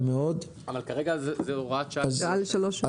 כרגע זו הוראת שעה לשלוש שנים.